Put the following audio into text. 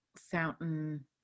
fountain